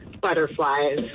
butterflies